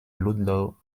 ludlow